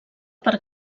per